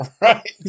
Right